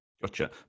Gotcha